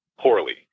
poorly